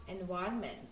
environment